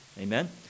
Amen